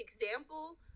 example